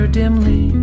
dimly